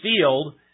field